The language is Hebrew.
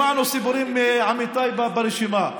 שמענו סיפורים מעמיתיי ברשימה.